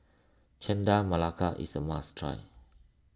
Chendol Melaka is a must try